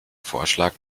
vorschlag